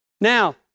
Now